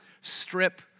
strip